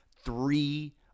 three